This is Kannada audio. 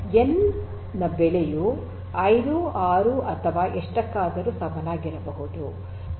ಎನ್ ನ ಬೆಲೆಯು ೫೬೧೦ ಎಷ್ಟಕ್ಕಾದರೂ ಸಮನಾಗಿರಬಹುದು